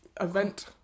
Event